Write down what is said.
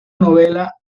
novela